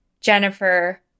Jennifer